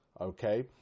okay